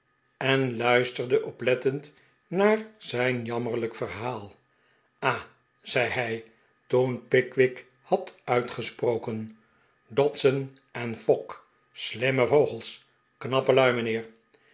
en luisterde oplettend naar zijn jammerlijk verhaal ah zei hij toen pickwick had uitgesproken dodson en fogg slimme vogels knappe lui mijnheer